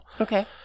Okay